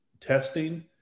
testing